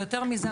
ויותר מזה,